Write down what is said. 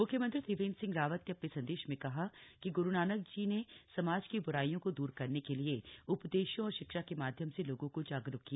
मुख्यमंत्री त्रिवेन्द्र सिंह रावत ने अपने संदेश में कहा कि ग्रूनानक जी ने समाज की ब्राइयों को दूर करने के लिए उपदेशों और शिक्षा के माध्यम से लोगों को जागरूक किया